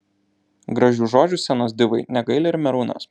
gražių žodžių scenos divai negaili ir merūnas